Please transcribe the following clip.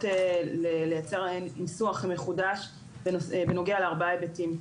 לייצר להם ניסוח מחודש בנוגע לארבעה היבטים.